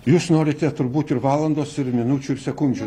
jūs norite turbūt ir valandos ir minučių ir sekundžių